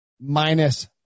minus